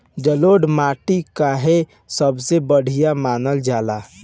जलोड़ माटी काहे सबसे बढ़िया मानल जाला?